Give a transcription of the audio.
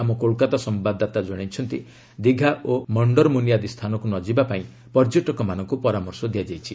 ଆମ କୋଲକାତା ସମ୍ଭାଦଦାତା ଜଣାଇଛନ୍ତି ଦୀଘା ଓ ମଣ୍ଡରମୋନି ଆଦି ସ୍ଥାନକୁ ନଯିବା ପାଇଁ ପର୍ଯ୍ୟଟକମାନଙ୍କୁ ପରାମର୍ଶ ଦିଆଯାଇଛି